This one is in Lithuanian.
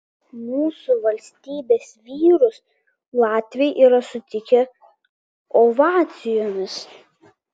mūsų valstybės vyrus latviai yra sutikę ovacijomis